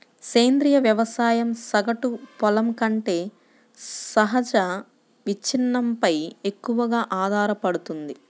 సేంద్రీయ వ్యవసాయం సగటు పొలం కంటే సహజ విచ్ఛిన్నంపై ఎక్కువగా ఆధారపడుతుంది